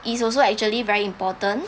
it's also actually very important